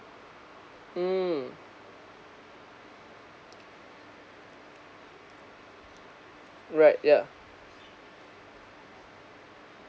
mm right yeah